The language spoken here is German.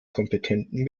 kompetenten